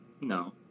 No